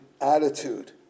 attitude